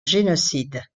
génocide